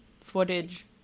footage